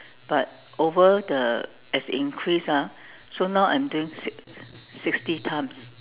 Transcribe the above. but over the as it increase ah so now I'm doing six~ sixty time